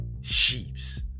sheeps